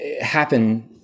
happen